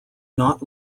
not